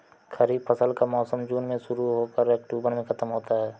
खरीफ फसल का मौसम जून में शुरू हो कर अक्टूबर में ख़त्म होता है